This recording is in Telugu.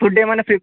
ఫుడ్ ఏమన్న